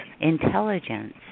intelligence